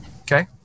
Okay